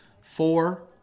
four